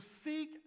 seek